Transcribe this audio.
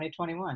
2021